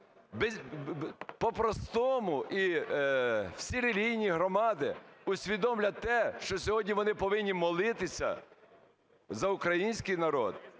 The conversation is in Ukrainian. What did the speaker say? по-простому. І всі релігійні громади усвідомлять те, що сьогодні вони повинні молитися за український народ